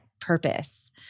purpose